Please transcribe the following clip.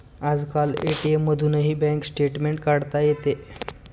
आजकाल ए.टी.एम मधूनही bank statement काढता येते